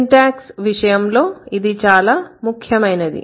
syntax విషయంలో ఇది చాలా ముఖ్యమైనది